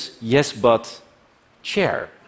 yes-but-chair